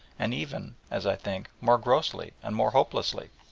and even, as i think, more grossly and more hopelessly.